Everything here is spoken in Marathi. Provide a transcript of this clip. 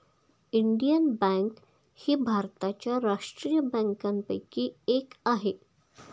इंडियन बँक ही भारताच्या राष्ट्रीय बँकांपैकी एक आहे